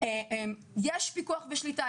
יש פיקוח ושליטה.